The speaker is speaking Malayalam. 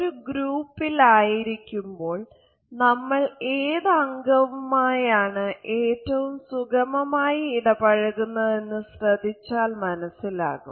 ഒരു ഗ്രൂപ്പിൽ ആയിരിക്കുമ്പോൾ നമ്മൾ ഏത് അംഗവുമായാണ് ഏറ്റവും സുഗമമായി ഇടപഴകുന്നതെന്നു ശ്രദ്ധിച്ചാൽ മനസ്സിലാകും